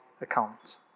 account